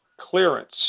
clearance